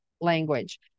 language